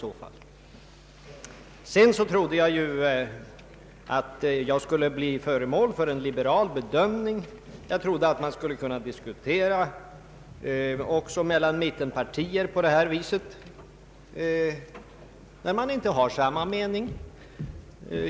Jag trodde att vad jag sade skulle bli föremål för en liberal bedömning. Jag trodde att diskussionen mellan mittenpartierna skulle kunna föras också på det här viset, när de nu inte har sam ma mening.